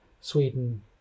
Sweden